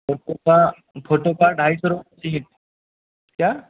photo का photo का ढाई सौ रुपये शीट क्या